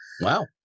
Wow